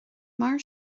mar